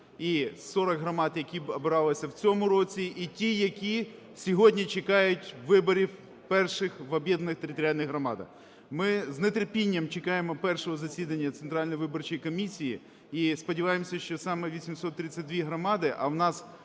і 40 громад, які бралися в цьому році, і ті, які сьогодні чекають виборів перших в об'єднаних територіальних громадах. Ми з нетерпінням чекаємо першого засідання Центральної виборчої комісії і сподіваємося, що саме 832 громади, а у нас